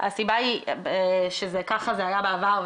הסיבה היא שככה זה היה בעבר.